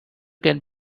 can